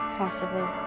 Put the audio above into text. possible